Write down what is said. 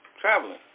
traveling